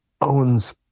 owns